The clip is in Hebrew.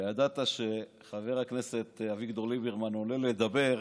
וידעת שחבר הכנסת אביגדור ליברמן עולה לדבר,